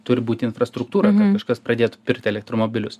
turi būti infrastruktūra kažkas pradėtų pirkti elektromobilius